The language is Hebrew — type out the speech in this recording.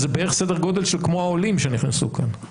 שזה בערך סדר גודל כמו העולים שנכנסו כאן.